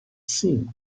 seen